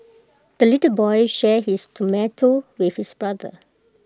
the little boy shared his tomato with his brother